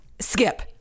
skip